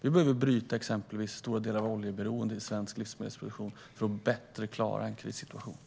Vi behöver bryta exempelvis stora delar av oljeberoendet i svensk livsmedelsproduktion för att bättre klara en krissituation.